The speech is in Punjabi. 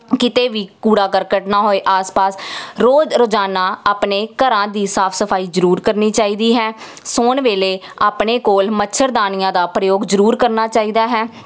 ਕਿਤੇ ਵੀ ਕੂੜਾ ਕਰਕਟ ਨਾ ਹੋਏ ਆਸ ਪਾਸ ਰੋਜ਼ ਰੋਜ਼ਾਨਾ ਆਪਣੇ ਘਰਾਂ ਦੀ ਸਾਫ਼ ਸਫਾਈ ਜ਼ਰੂਰ ਕਰਨੀ ਚਾਹੀਦੀ ਹੈ ਸੋਣ ਵੇਲੇ ਆਪਣੇ ਕੋਲ ਮੱਛਰਦਾਨੀਆਂ ਦਾ ਪ੍ਰਯੋਗ ਜ਼ਰੂਰ ਕਰਨਾ ਚਾਹੀਦਾ ਹੈ